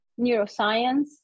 neuroscience